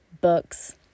books